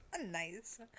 Nice